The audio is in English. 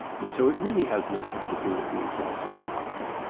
and so it really has nothing to do with the exhaustion doctrine.